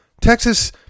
Texas